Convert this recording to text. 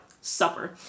supper